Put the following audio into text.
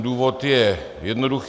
Důvod je jednoduchý.